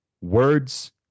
Words